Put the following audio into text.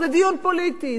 זה דיון פוליטי,